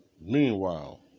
Meanwhile